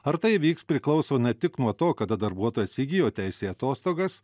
ar tai įvyks priklauso ne tik nuo to kada darbuotojas įgijo teisę į atostogas